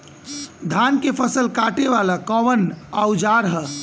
धान के फसल कांटे वाला कवन औजार ह?